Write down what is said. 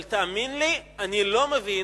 אבל תאמין לי, אני לא מבין: